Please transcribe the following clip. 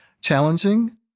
challenging